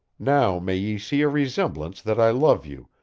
now may ye see a remembrance that i love you,